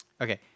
Okay